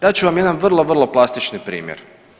Dat ću vam jedan vrlo, vrlo plastični primjer.